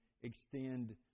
extend